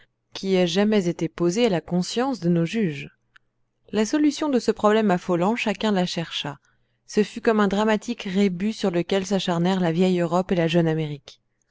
qui ait jamais été posé à la conscience de nos juges la solution de ce problème affolant chacun la chercha ce fut comme un dramatique rébus sur lequel s'acharnèrent la vieille europe et la jeune amérique